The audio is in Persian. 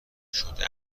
شده